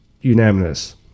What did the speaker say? unanimous